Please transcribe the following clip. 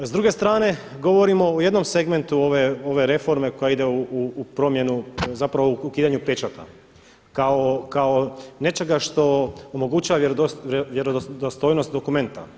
S druge strane govorimo o jednom segmentu ove reforme koja ide u promjenu, zapravo o ukidanju pečata kao nečega što omogućava vjerodostojnost dokumenta.